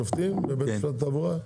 את מספר השופטים בבית משפט לתעבורה?